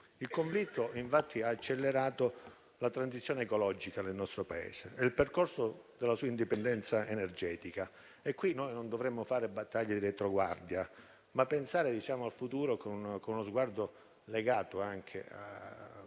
Il conflitto infatti ha accelerato la transizione ecologica nel nostro Paese e il percorso della sua indipendenza energetica. Qui noi non dovremmo fare battaglie di retroguardia, ma dovremmo pensare al futuro con uno sguardo legato anche a